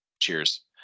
Cheers